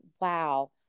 wow